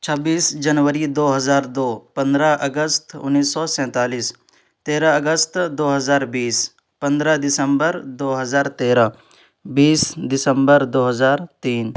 چھبیس جنوری دو ہزار دو پندرہ اگست انیس سو سینتالیس تیرہ اگست دو ہزار بیس پندرہ دسمبر دو ہزار تیرہ بیس دسمبر دو ہزار تین